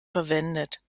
verwendet